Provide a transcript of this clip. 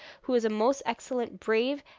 who was a most excellent, brave,